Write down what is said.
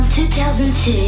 2002